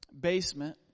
basement